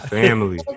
family